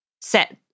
set